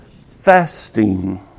fasting